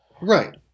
Right